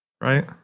right